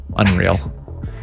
unreal